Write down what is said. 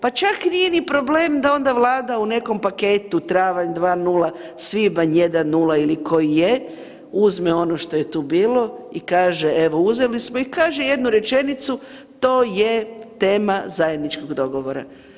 Pa čak nije ni problem da onda Vlada u nekom paketu travanj 2 0, svibanj 1 0 ili koji je uzme ono što je tu bilo i kaže evo uzeli smo i kaže jednu rečenicu to je tema zajedničkog dogovora.